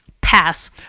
Pass